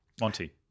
Monty